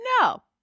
No